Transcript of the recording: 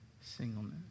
singleness